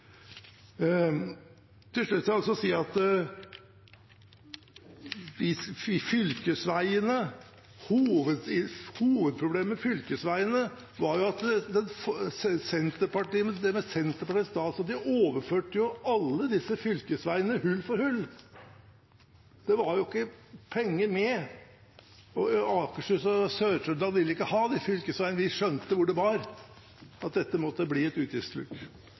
Til slutt vil jeg også si at hovedproblemet med fylkesveiene var at man, med en statsråd fra Senterpartiet, overførte alle disse fylkesveiene – hull for hull – men det fulgte ikke penger med. Akershus og Sør-Trøndelag ville ikke ha ansvaret for fylkesveiene, for de skjønte hvor det bar – at dette måtte bli et